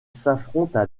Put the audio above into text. s’affrontent